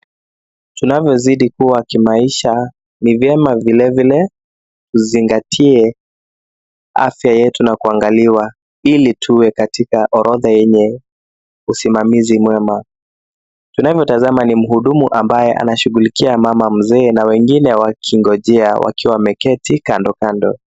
Tonavyozidi kuwa kimaisha ni vyema vile vile, tuzingatie afya yetu na kuangaliwa, ili tuwe katika orodha yenye usimamizi mwema. Tunavyotazama ni mhudumu ambaye anashughulikia mama mzee na wengine wakingojea wakiwa wameketi kando kando.